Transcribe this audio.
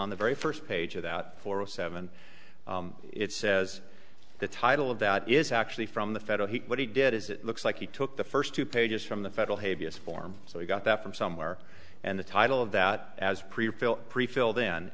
on the very first page of that four zero seven it says the title of that is actually from the federal what he did is it looks like he took the first two pages from the federal habeas form so he got that from somewhere and the title of that as pre fill